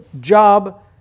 job